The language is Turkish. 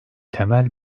temel